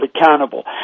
accountable